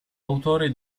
autore